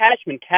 Cashman